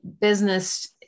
business